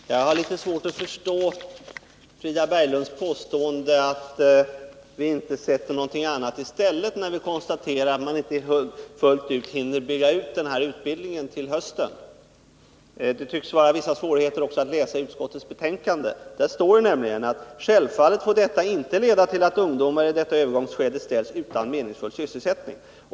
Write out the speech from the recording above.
Fru talman! Jag har litet svårt att förstå Frida Berglunds påstående att vi inte sätter någonting annat i stället när vi konstaterar att man inte fullt ut hinner bygga ut den här utbildningen till hösten. Det tycks också vara vissa svårigheter att läsa utskottets betänkande. Där står det nämligen: ”Självfallet får detta inte leda till att ungdomar i detta övergångsskede ställs utan meningsfull sysselsättning.